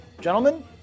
Gentlemen